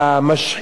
וזה לא משנה,